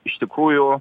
iš tikrųjų